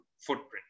footprint